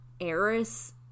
Eris